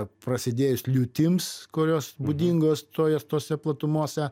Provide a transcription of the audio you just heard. prasidėjus liūtims kurios būdingos tojos tose platumose